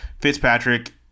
Fitzpatrick